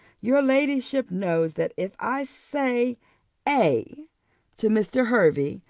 your ladyship knows that if i say a to mr. hervey,